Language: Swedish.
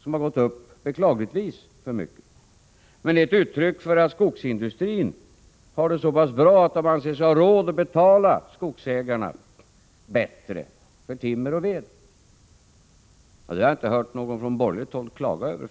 som — beklagligtvis — har gått upp för mycket. Men det är ett uttryck för att skogsindustrin har det så bra att den anser sig ha råd att betala skogsägarna bättre för timmer och ved. Det har jag faktiskt inte hört någon från borgerligt håll klaga över.